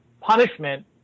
punishment